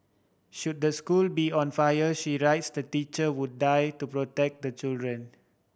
should the school be on fire she writes the teacher would die to protect the children